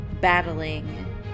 battling